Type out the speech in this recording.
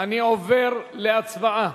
אני עובר להצבעה.